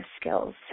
skills